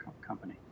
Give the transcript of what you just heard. company